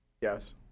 Yes